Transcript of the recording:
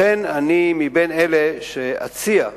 לכן אני מאלה, אציע,